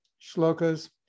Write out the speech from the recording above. shlokas